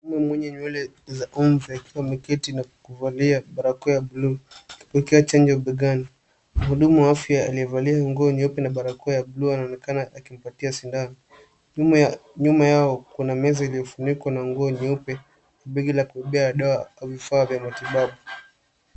Mwanamume mwenye nywele za mvi akiwa ameketi na kuvalia barakoa ya bluu, akipokea chanjo begani. Mhudumu wa afya aliyevalia nguo nyeupe na barakao ya bluu, anaonekana akimpatia sindano. Nyuma yao kuna meza iliyofunikwa na nguo nyeupe, begi la kubebea dawa au vifaa vya matibabu.